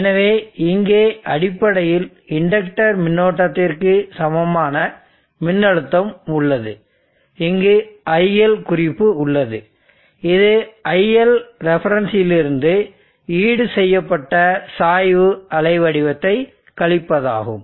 எனவே இங்கே அடிப்படையில் இண்டக்டர் மின்னோட்டத்திற்கு சமமான மின்னழுத்தம் உள்ளது இங்கு IL குறிப்பு உள்ளது இது ILref இல் இருந்து ஈடுசெய்யப்பட்ட சாய்வு அலை வடிவத்தை கழிப்பதாகும்